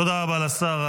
תודה רבה לשר.